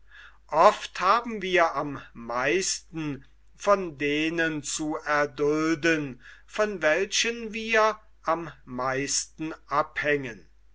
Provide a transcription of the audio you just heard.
oft haben wir am meisten von denen zu erdulden von welchen wir am meisten abhängen